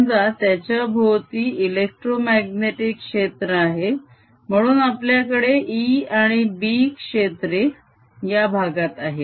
समजा त्याच्याभोवती इलेक्ट्रोमाग्नेटीक क्षेत्र आहे म्हणून आपल्याकडे E आणि B क्षेत्रे या भागात आहेत